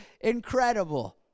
incredible